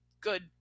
good